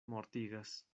mortigas